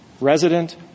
resident